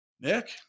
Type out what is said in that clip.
Nick